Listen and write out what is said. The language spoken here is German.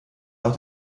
nach